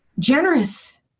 generous